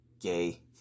Gay